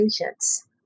patients